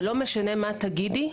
לא משנה מה תגידי.